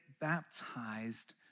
baptized